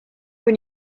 when